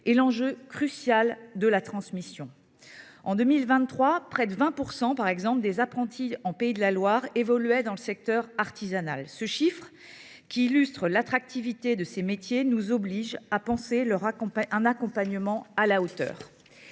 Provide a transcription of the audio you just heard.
et l’enjeu crucial de la transmission. En 2023, près de 20 % des apprentis des Pays de la Loire évoluaient dans le secteur artisanal. Ce chiffre illustre l’attractivité de ces métiers et nous appelle à penser un accompagnement à la hauteur